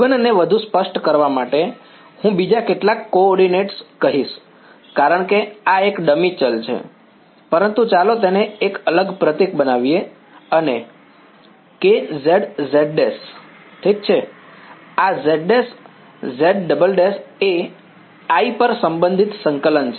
જીવનને વધુ સ્પષ્ટ કરવા માટે હું બીજા કેટલાક કોઓર્ડિનેટ કહીશ કારણ કે આ એક ડમી ચલ છે પરંતુ ચાલો તેને એક અલગ પ્રતીક બનાવીએ અને Kz z′′ ઠીક છે આ z′ z′′ એ I પર સંબંધિત સંકલન છે